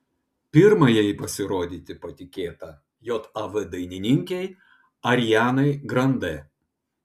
pirmajai pasirodyti patikėta jav dainininkei arianai grande